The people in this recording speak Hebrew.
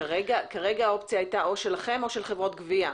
כרגע האופציה הייתה או שלכם או של חברות גבייה.